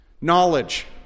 Knowledge